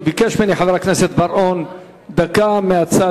ביקש ממני חבר הכנסת בר-און דקה מהצד.